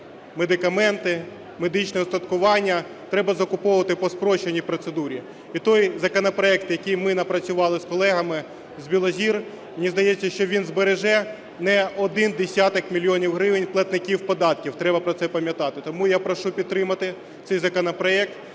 медикаменти, медичне устаткування треба закуповувати по спрощеній процедурі. І той законопроект, який ми напрацювали з колегами, з Білозір, мені здається, що він збереже не один десяток мільйонів гривень платників податків, треба про це пам'ятати. Тому я прошу підтримати цей законопроект.